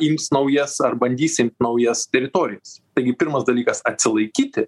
ims naujas ar bandys imt naujas teritorijas taigi pirmas dalykas atsilaikyti